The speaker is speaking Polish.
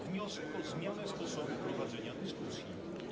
Wniosek o zmianę sposobu prowadzenia dyskusji.